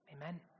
Amen